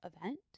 event